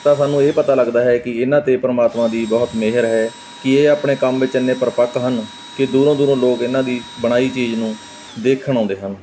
ਤਾਂ ਸਾਨੂੰ ਇਹ ਪਤਾ ਲੱਗਦਾ ਹੈ ਕਿ ਇਹਨਾਂ 'ਤੇ ਪਰਮਾਤਮਾ ਦੀ ਬਹੁਤ ਮਿਹਰ ਹੈ ਕਿ ਇਹ ਆਪਣੇ ਕੰਮ ਵਿੱਚ ਇੰਨੇ ਪ੍ਰਪੱਕ ਹਨ ਕਿ ਦੂਰੋਂ ਦੂਰੋਂ ਲੋਕ ਇਹਨਾਂ ਦੀ ਬਣਾਈ ਚੀਜ਼ ਨੂੰ ਦੇਖਣ ਆਉਂਦੇ ਹਨ